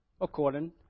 according